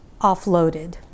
offloaded